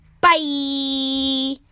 Bye